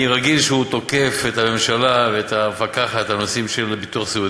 אני רגיל שהוא תוקף את הממשלה ואת המפקחת על נושאים של ביטוח סיעודי,